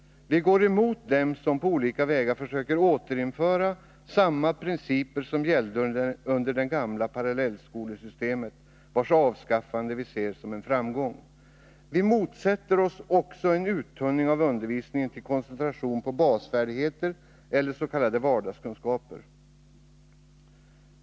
Vi går emot dem som på olika vägar försöker återinföra samma principer som gällde under det gamla parallellskolesystemet, vars avskaffande vi ser som en framgång. Vi motsätter oss också en uttunning av undervisningen till koncentration på basfärdigheter eller s.k. vardagskunskaper.